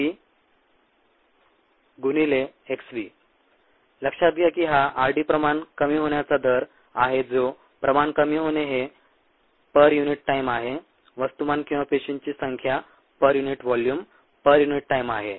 rd kdxv लक्षात घ्या की हा rd प्रमाण कमी होण्याचा दर आहे जो प्रमाण कमी होणे हे पर युनिट टाईम आहे वस्तुमान किंवा पेशींची संख्या per unit volume per unit time आहे